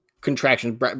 contractions